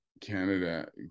Canada